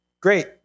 Great